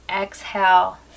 exhale